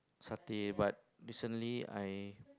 satay but recently I